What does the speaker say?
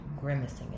grimacing